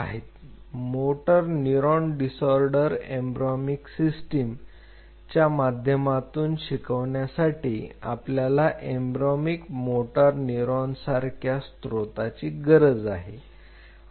EMN motor neuron disorder embryonic system च्या माध्यमातून शिकण्यासाठीआपल्याला एम्ब्र्योनिक मोटर न्यूरॉन सारख्या स्त्रोताची गरज आहे